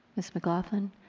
ms. mclaughlin.